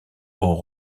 aux